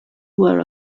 wear